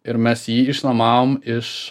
ir mes jį išnuomavom iš